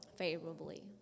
favorably